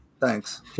Thanks